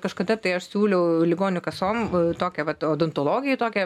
kažkada tai aš siūliau ligonių kasom tokią vat odontologijoj tokią